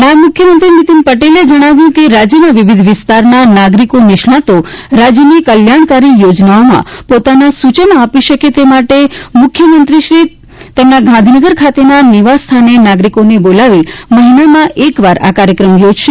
નાયબ મુખ્યમંત્રી નીતિન પટેલે જણાવ્યું કે રાજ્યના વિવિધ વિસ્તારના નાગરિકો નિષ્ણાંતો રાજ્યની કલ્યાણકારી યોજનાઓમાં પોતાના સૂચનો આપી શકે તે માટે મુખ્યમંત્રીશ્રી તેમના ગાંધીનગર ખાતેના નિકવાસસ્થાને નાગરિકોને બોલાવી મહિનામાં એકવાર આ કાર્યક્રમ યોજશે